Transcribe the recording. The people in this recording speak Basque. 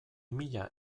mila